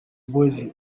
boys